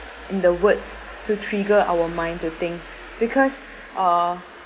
in the words to trigger our mind to think because uh